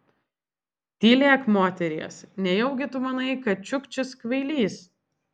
tylėk moteries nejaugi tu manai kad čiukčis kvailys